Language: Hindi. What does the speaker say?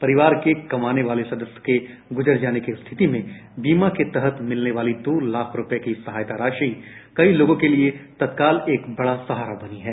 परिवार के कमाने वाले सदस्य के गुजर जाने की स्थिति में बीमा के तहत मिलने वाली दो लाख रुपये की सहायता राशि कई लोगों के लिए तत्काल एक बडा सहारा बनी है